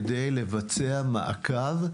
כדי לבצע מעקב.